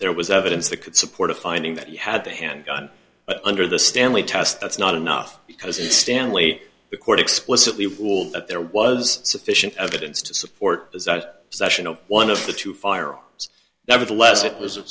there was evidence that could support a finding that you had the handgun under the stanley test that's not enough because it stanley the court explicitly will that there was sufficient evidence to support that session of one of the two firearms nevertheless it was